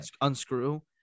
unscrew